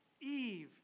Eve